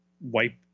wipe